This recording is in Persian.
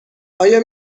آیا